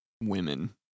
women